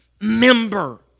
member